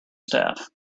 staff